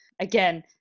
Again